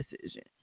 decision